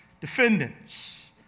defendants